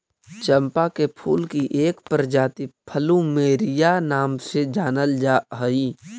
चंपा के फूल की एक प्रजाति प्लूमेरिया नाम से जानल जा हई